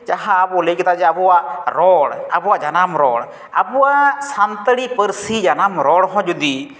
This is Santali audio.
ᱡᱟᱦᱟᱸ ᱵᱚᱱ ᱞᱟᱹᱭ ᱠᱮᱫᱟ ᱡᱮ ᱟᱵᱚᱣᱟᱜ ᱨᱚᱲ ᱟᱵᱚᱣᱟᱜ ᱡᱟᱱᱟᱢ ᱨᱚᱲ ᱟᱵᱚᱣᱟᱜ ᱥᱟᱱᱛᱟᱲᱤ ᱯᱟᱹᱨᱥᱤ ᱡᱟᱱᱟᱢ ᱨᱚᱲ ᱦᱚᱸ ᱡᱩᱫᱤ